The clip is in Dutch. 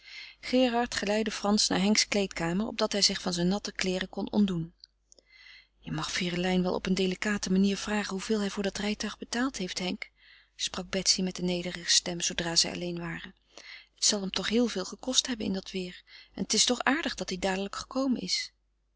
gerard geleidde frans naar henks kleedkamer opdat hij zich van zijn natte kleêren kon ontdoen je mag ferelijn wel op een delicate manier vragen hoeveel hij voor dat rijtuig betaald heeft henk sprak betsy met een nederige stem zoodra zij alleen waren het zal hem toch heel veel gekost hebben in dat weêr en het is toch aardig dat hij dadelijk gekomen is